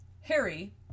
Harry